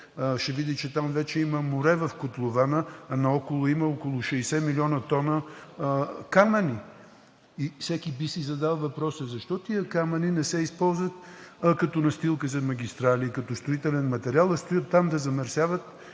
ще види, че там има море в котлована, а наоколо има около 60 млн. тона камъни. Всеки би си задал въпроса: защо тези камъни не се използват като настилка за магистрали, като строителен материал, а стоят там да замърсяват